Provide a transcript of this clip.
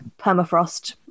permafrost